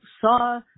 saw